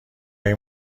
های